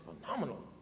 phenomenal